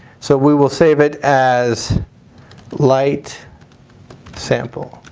so we will save it as light sample.